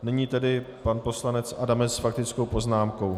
Nyní tedy pan poslanec Adamec s faktickou poznámkou.